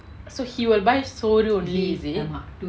so he will buy சோறு:soru only is it